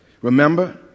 Remember